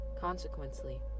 Consequently